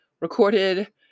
recorded